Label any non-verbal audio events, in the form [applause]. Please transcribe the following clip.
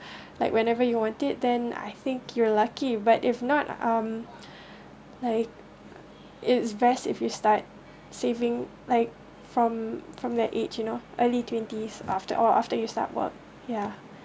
like whenever you want it then I think you're lucky but if not um [breath] like it's best if you start saving like from from the age you know early twenties after or after you start work ya